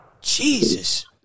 Jesus